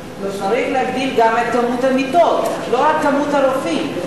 צריך להגדיל גם את כמות המיטות ולא רק את כמות הרופאים.